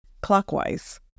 clockwise